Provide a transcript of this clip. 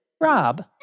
Rob